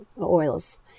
oils